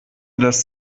das